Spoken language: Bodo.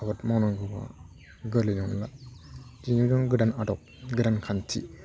आबाद मावनांगौब्ला गोरलै नंला दिनै दं गोदान आदब गोदान खान्थि